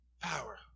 Power